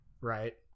right